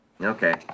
Okay